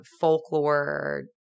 folklore